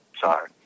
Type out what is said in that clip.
Sorry